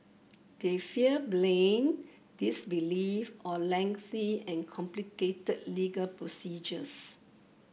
they fear blame disbelief or lengthy and complicated legal procedures